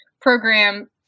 program